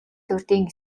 урьдын